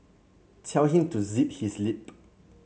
tell him to zip his lip